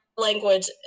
language